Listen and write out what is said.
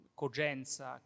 cogenza